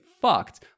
fucked